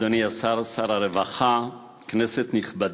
אדוני השר, שר הרווחה, כנסת נכבדה,